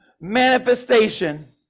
manifestation